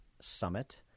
summit